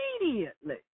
immediately